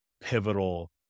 pivotal